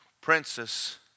Princess